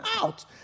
out